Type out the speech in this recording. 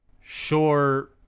sure